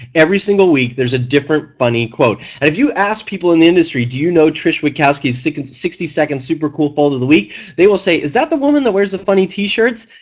every single week there's a different funny quote, and if you ask people in the industry, do you know trish witkowski's sixty sixty second super cool fold of the week they will say is that the woman that wears the funny t-shirts.